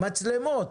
מצלמות,